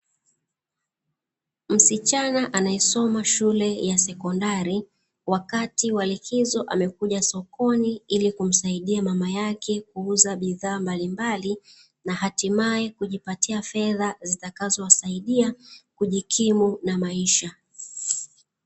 Msichana anayesoma shule ya sekondari wakati wa likizo amekuja sokoni ili kumsaidia mama yake kuuza bidhaa mbalimbali, na hatimaye kujipatia fedha zitakazowasaidia kujikimu na maisha.